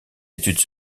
études